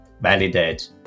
validate